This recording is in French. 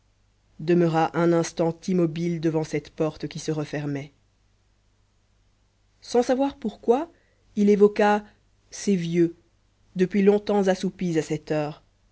demeura un instant immobile devant cette porte qui se refermait sans savoir pourquoi il évoqua ses vieux depuis longtemps assoupis à cette heure